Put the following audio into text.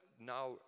now